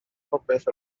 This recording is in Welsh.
popeth